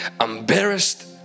embarrassed